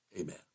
Amen